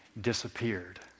disappeared